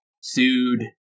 sued